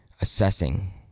assessing